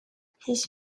his